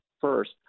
first